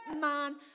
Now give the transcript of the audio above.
man